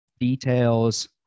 details